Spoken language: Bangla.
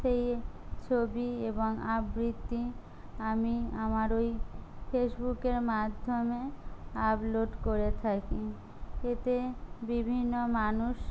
সেই ছবি এবং আবৃত্তি আমি আমার ওই ফেসবুকের মাধ্যমে আপলোড করে থাকি এতে বিভিন্ন মানুষ